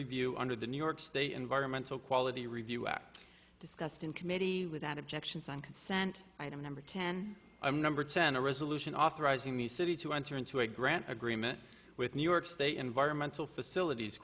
review under the new york state environmental quality review act discussed in committee without objections on consent item number ten i'm number ten a resolution authorizing the city to enter into a agreement with new york state environmental facilities